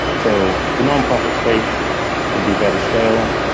so the nonprofit space can be very stale,